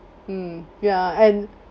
mm ya and